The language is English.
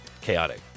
Chaotic